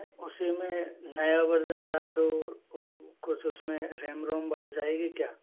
उसी में नया वरज़न डाल दो और कुछ उसमें रैम रोम बढ़ जाएगी क्या